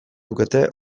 lukete